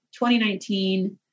2019